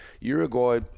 Uruguay